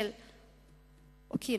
לאקוניס.